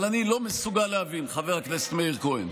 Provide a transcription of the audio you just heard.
אבל אני לא מסוגל להבין, חבר הכנסת מאיר כהן,